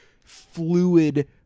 fluid